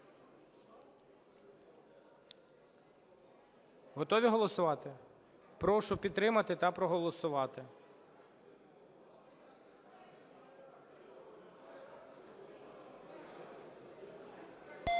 Готові голосувати? Прошу підтримати та проголосувати.